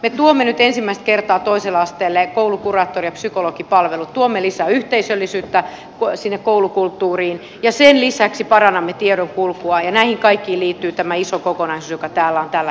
me tuomme nyt ensimmäistä kertaa toiselle asteelle koulukuraattori ja psykologipalvelut tuomme lisää yhteisöllisyyttä sinne koulukulttuuriin ja sen lisäksi parannamme tiedonkulkua ja näihin kaikkiin liittyy tämä iso kokonaisuus joka täällä on tällä hetkellä käsittelyssä